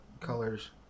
Colors